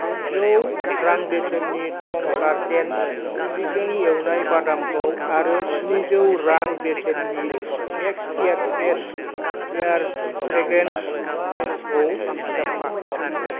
थामजौ रां बेसेननि टं गार्डेन संख्रिजों एवनाय बादामखौ आरो स्निजौ रां बेसेननि max air fresh clear fragrance gel खौ दाजाबफा